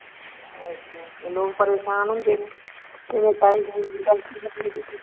अच्छा लोग परेशान होंदे न